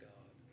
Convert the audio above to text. God